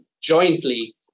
jointly